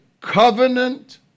covenant